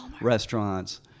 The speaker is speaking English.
restaurants